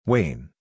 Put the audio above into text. Wayne